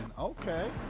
Okay